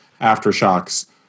aftershocks